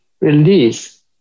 release